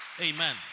Amen